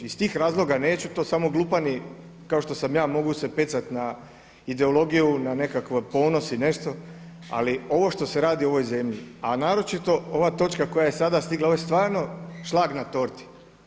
Iz tih razloga neću, to samo glupani kao što sam ja mogu se pecati na ideologiju, na nekakav ponos i nešto, ali ovo što se radi ovoj zemlji a naročito ova točka koja je sada stigla, ovo je stvarno šlag na torti.